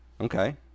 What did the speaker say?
Okay